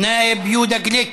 א-נאאב יהודה גליק,